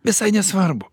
visai nesvarbu